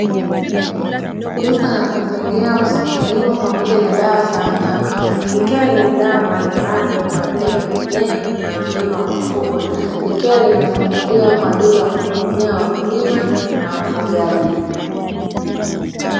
Duka la pembejeo za kilimo pamoja na dawa za wanyama, likiwa lina dawa mbalimbali kwa ajili ya mimea na wanyama wa kufugwa likiwa limefunguliwa kwa ajili ya kuhudumia wakulima na wafugaji.